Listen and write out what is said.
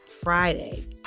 Friday